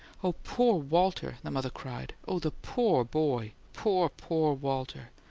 oh, poor walter! the mother cried. oh, the poor boy! poor, poor walter!